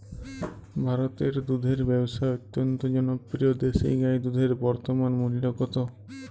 ভারতে দুধের ব্যাবসা অত্যন্ত জনপ্রিয় দেশি গাই দুধের বর্তমান মূল্য কত?